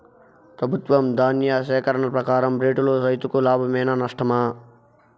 ప్రభుత్వం ధాన్య సేకరణ ప్రకారం రేటులో రైతుకు లాభమేనా నష్టమా?